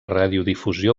radiodifusió